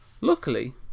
Luckily